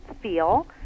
feel